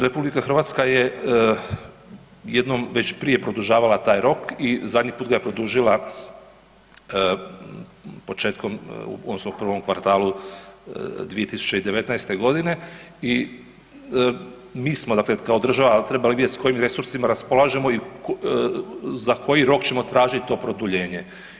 RH je jednom već prije produžavala taj rok i zadnji put ga je produžila početkom odnosno u prvom kvartalu 2019. godine i mi smo dakle kao država trebali vidjeti s kojim resursima raspolažemo i za koji rok ćemo tražiti to produljenje.